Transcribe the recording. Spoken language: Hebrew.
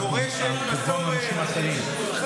זה על חשבון אחרים.